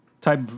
type